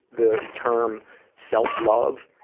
the term self-love,